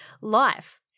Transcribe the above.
life